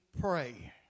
pray